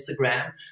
Instagram